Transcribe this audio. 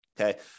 okay